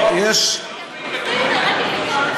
אני רוצה לומר.